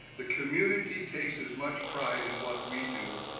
the community takes as much pride in what we do